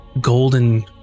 golden